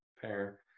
pair